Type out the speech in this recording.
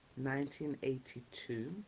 1982